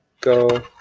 go